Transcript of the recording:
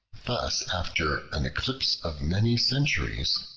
thus, after an eclipse of many centuries,